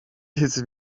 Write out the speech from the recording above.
his